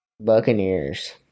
Buccaneers